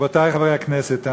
רבותי חברי הכנסת,